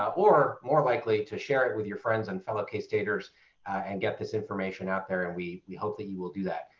or more likely to share it with your friends and fellow k-staters and get this information out there. and we we hope you will do that.